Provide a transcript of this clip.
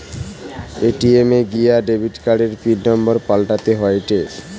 ATM এ গিয়া debit কার্ডের পিন নম্বর পাল্টাতে হয়েটে